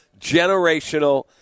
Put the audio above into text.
generational